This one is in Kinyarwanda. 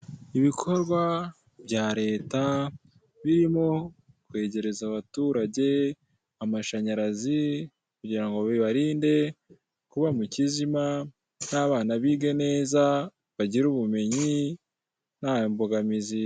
Ibikorwa bya leta, birimo kwegereza abaturage amashanyarazi, kugira ngo bibarinde kuba mu kizima, n'abana bige neza, bagire ubumenyi, nta mbogamizi.